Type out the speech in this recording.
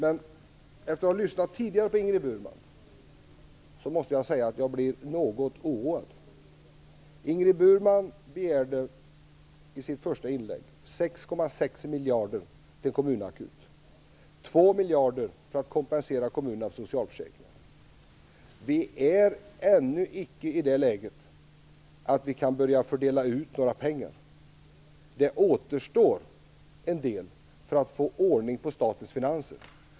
Men efter att tidigare ha lyssnat till Ingrid Burman måste jag säga att jag blir något oroad. Ingrid Burman begärde i sitt första inlägg 6,6 miljarder till en kommunakut och 2 miljarder för att kompensera kommunerna för socialförsäkringar. Vi är ännu icke i det läget att vi kan börja dela ut några pengar. Det återstår en del för att få ordning på statens finanser.